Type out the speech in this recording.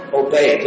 obey